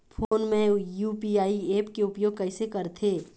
Phone मे UPI app के उपयोग कइसे करथे?